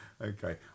Okay